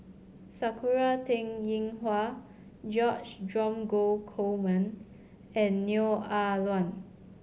Sakura Teng Ying Hua George Dromgold Coleman and Neo Ah Luan